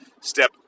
step